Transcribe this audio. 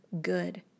good